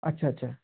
আচ্ছা আচ্ছা